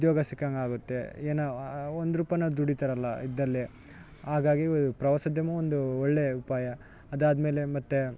ಉದ್ಯೋಗ ಸಿಕ್ಕಂಗೆ ಆಗುತ್ತೆ ಏನೊ ಒಂದು ರುಪಾಯಿನ ದುಡಿತಾರಲ್ಲ ಇದ್ದಲ್ಲೇ ಹಾಗಾಗಿ ಪ್ರವಾಸೋದ್ಯಮ ಒಂದು ಒಳ್ಳೇ ಉಪಾಯ ಅದಾದ್ಮೇಲೆ ಮತ್ತು